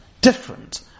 different